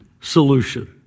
solution